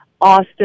Austin